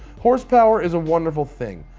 horsepower is a wonderful thing.